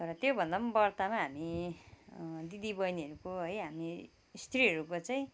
तर त्योभन्दा पनि बढतामा हामी दिदी बहिनीहरूको है हामी सत्रीहरूको चाहिँ